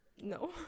no